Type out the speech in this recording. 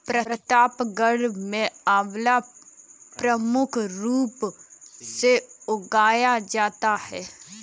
प्रतापगढ़ में आंवला प्रमुख रूप से उगाया जाता है